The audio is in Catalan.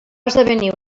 esdevenir